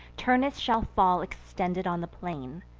turnus shall fall extended on the plain,